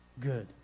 good